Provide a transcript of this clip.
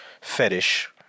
fetish